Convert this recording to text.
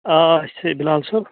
آ أسۍ چھِ بِلال صٲب